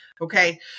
Okay